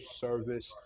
service